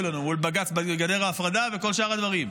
לנו מול בג"ץ בגדר ההפרדה וכל שאר הדברים.